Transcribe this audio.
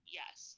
yes